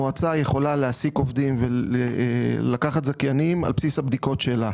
המועצה יכולה להעסיק עובדים ולקחת זכיינים על בסיס הבדיקות שלה.